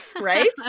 Right